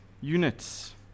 units